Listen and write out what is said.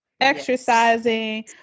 exercising